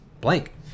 blank